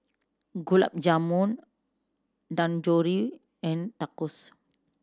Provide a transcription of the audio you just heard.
Gulab Jamun Dangojiru and Tacos